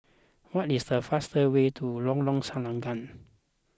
what is the fastest way to Lorong Selangat